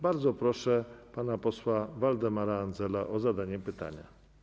Bardzo proszę pana posła Waldemara Andzela o zadanie pytania.